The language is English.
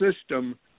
system